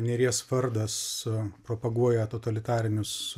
nėries vardas propaguoja totalitarinius